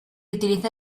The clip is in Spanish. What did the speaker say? utiliza